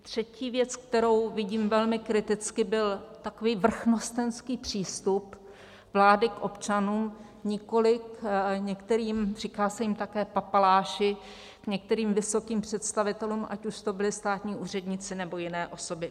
Třetí věc, kterou vidím velmi kriticky, byl takový vrchnostenský přístup vlády k občanům, nikoli k některým, říká se jim také papaláši, některým vysokým představitelům, ať už to byli státní úředníci, nebo jiné osoby.